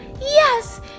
Yes